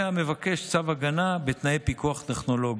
זה המבקש צו הגנה בתנאי פיקוח טכנולוגי.